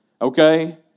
okay